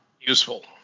useful